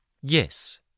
Yes